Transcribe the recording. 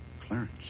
Clarence